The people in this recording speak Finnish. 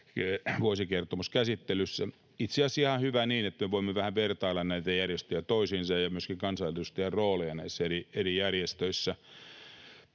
vuosikertomus käsittelyssä. Itse asiassa hyvä niin, että me voimme vähän vertailla näitä järjestöjä toisiinsa ja myöskin kansanedustajien rooleja näissä eri järjestöissä.